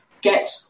get